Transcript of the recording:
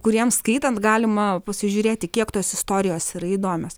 kuriems skaitant galima pasižiūrėti kiek tos istorijos yra įdomios